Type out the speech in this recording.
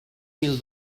mil